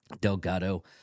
Delgado